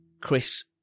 Chris